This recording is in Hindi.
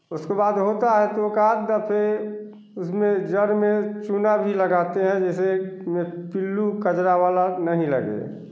उसके बाद होता है तो एक आद दाफ़ह उसमें जड़ में चूना भी लगाते हैं जिससे पिल्लू गजरा वाला नहीं लगे